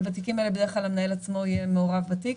אבל בתיקים האלה בדרך כלל המנהל עצמו יהיה מעורב בתיק.